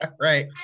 right